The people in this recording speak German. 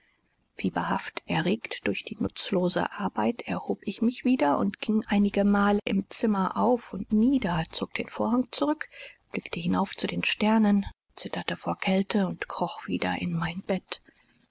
fieberhaft erregt durch die nutzlose arbeit erhob ich mich wieder und ging einigemal im zimmer auf und nieder zog den vorhang zurück blickte hinauf zu den sternen zitterte vor kälte und kroch wieder in mein bett